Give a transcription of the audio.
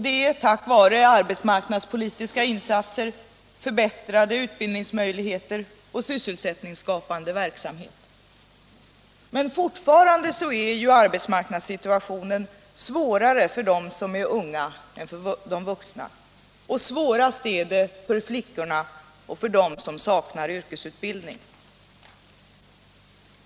Det är tack vare arbetsmarknadspolitiska insatser, förbättrade utbildningsmöjligheter och sysselsättningsskapande verksamhet. Men fortfarande är arbetsmarknadssituationen svårare för ungdomar än för de vuxna, och svårast är det för flickorna och för dem som saknar yrkesutbildning.